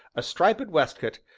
a striped waistcoat,